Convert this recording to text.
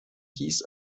hieß